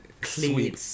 clean